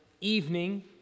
evening